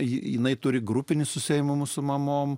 jinai turi grupinius su seimu su mamom